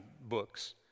books